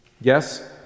Yes